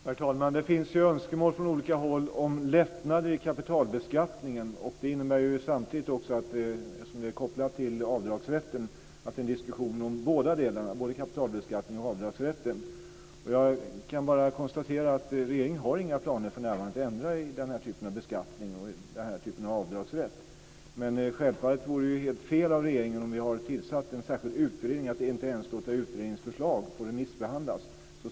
Herr talman! Det finns önskemål från olika håll om lättnader i kapitalbeskattningen. Det innebär samtidigt också, eftersom det är kopplat till avdragsrätten, en diskussion om både kapitalbeskattningen och avdragsrätten. Jag kan bara konstatera att regeringen för närvarande inte har några planer att ändra när det gäller den här typen av beskattning och den här typen av avdragsrätt. Men självfallet vore det helt fel av regeringen om man har tillsatt en särskild utredning att inte ens låta utredningsförslag få remissbehandlas.